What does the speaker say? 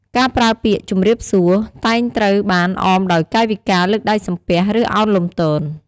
ការប្រើពាក្យ "ជំរាបសួរ" តែងត្រូវបានអមដោយកាយវិការលើកដៃសំពះ ឬឱនលំទោន។